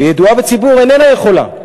וידועה בציבור איננה יכולה.